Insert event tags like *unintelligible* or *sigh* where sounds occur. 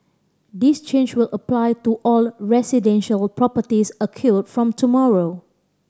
this change will apply to all residential properties *unintelligible* from tomorrow